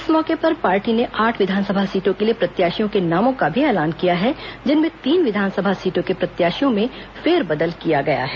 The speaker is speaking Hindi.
इस मौके पर पार्टी ने आठ विधानसभा सीटों के लिए प्रत्याशियों के नामों का भी ऐलान किया है जिनमें तीन विधानसभा सीटों के प्रत्याशियों में फेरबदल किया गया है